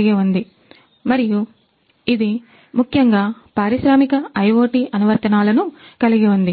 కలిగి ఉంది